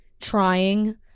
trying